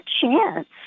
chance